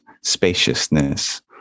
spaciousness